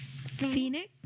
Phoenix